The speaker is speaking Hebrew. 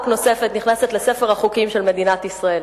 נוספת נכנסת לספר החוקים של מדינת ישראל.